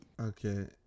Okay